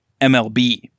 MLB